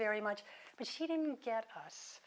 very much but she didn't get us